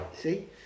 See